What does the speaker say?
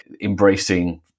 embracing